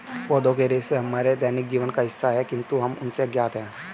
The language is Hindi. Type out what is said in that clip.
पौधों के रेशे हमारे दैनिक जीवन का हिस्सा है, किंतु हम उनसे अज्ञात हैं